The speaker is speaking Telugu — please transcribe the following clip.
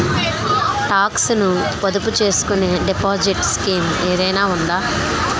టాక్స్ ను పొదుపు చేసుకునే డిపాజిట్ స్కీం ఏదైనా ఉందా?